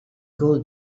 gold